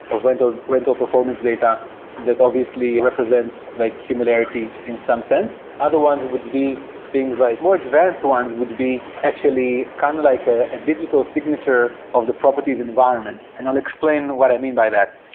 of rental rental performance data that obviously represents like similarity in some sense. other ones would be things like more advanced ones would be actually kind of like a digital signature of the properties environment. and i'll explain what i mean by that.